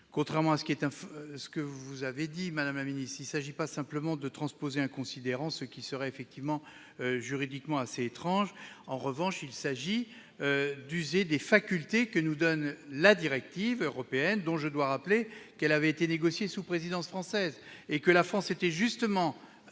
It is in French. Contrairement à ce que vous avez affirmé, il ne s'agit pas simplement de transposer un considérant- ce serait en effet juridiquement assez étrange. Il s'agit d'user des facultés que nous donne la directive européenne, dont je dois rappeler qu'elle a été négociée sous présidence française et que la France était alors très